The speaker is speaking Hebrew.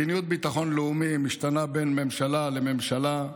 מדיניות ביטחון לאומי משתנה מממשלה לממשלה.